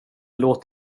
låt